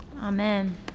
Amen